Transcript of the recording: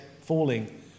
falling